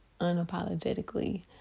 unapologetically